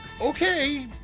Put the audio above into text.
Okay